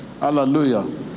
Hallelujah